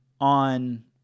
on